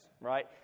right